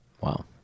Wow